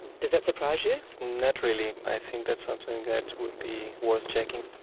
does that surprise you? not really. i think that's something that would be worth checking.